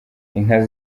inka